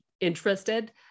interested